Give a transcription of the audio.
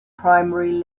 primary